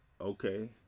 Okay